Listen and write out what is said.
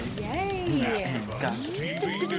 Yay